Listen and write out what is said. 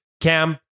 Cam